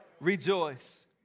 rejoice